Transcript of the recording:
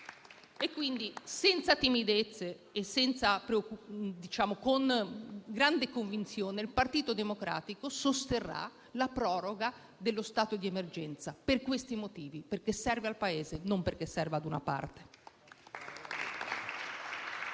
Quindi, senza timidezze e con grande convinzione, il Partito Democratico sosterrà la proroga dello stato di emergenza, per questi motivi, perché serve al Paese, non perché serve a una parte.